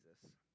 Jesus